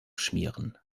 schmieren